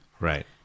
Right